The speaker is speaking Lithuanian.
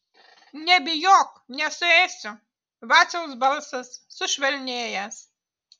nebijok nesuėsiu vaciaus balsas sušvelnėjęs